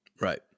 Right